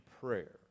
prayer